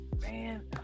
Man